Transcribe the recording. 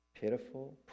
pitiful